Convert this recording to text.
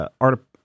art